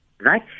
Right